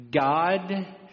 God